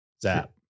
Zap